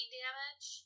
damage